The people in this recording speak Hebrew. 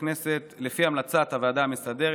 הכנסת לפי המלצת הוועדה המסדרת.